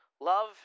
love